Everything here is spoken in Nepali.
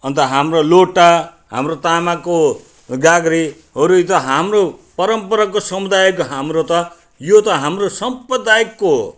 अन्त हाम्रो लोटा हाम्रो तामाको गाग्रीहरू नै त हाम्रो परम्पराको समुदायको हाम्रो त यो त हाम्रो सम्पदा यिकको हो